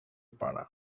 pare